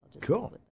Cool